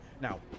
Now